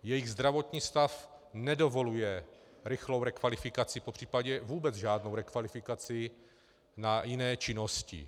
Jejich zdravotní stav nedovoluje rychlou rekvalifikaci, popřípadě vůbec žádnou rekvalifikaci na jiné činnosti.